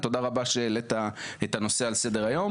תודה רבה שהעלית את הנושא על סדר-היום